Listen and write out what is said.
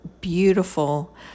beautiful